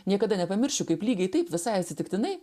niekada nepamiršiu kaip lygiai taip visai atsitiktinai